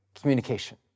communication